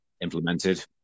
implemented